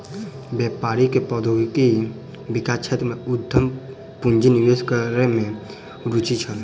व्यापारी के प्रौद्योगिकी विकास क्षेत्र में उद्यम पूंजी निवेश करै में रूचि छल